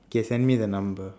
okay send me the number